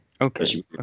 Okay